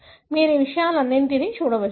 మీరు ఈ విషయాలన్నింటినీ చూడవచ్చు